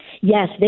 Yes